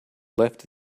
left